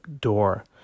door